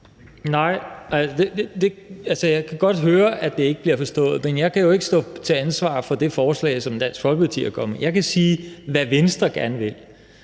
Altså, jeg kan godt høre, at det ikke bliver forstået, men jeg kan jo ikke stå til ansvar for det forslag, som Dansk Folkeparti er kommet med. Jeg kan sige, hvad Venstre gerne vil,